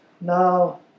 Now